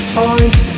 point